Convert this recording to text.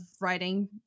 writing